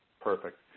Perfect